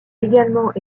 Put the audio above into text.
également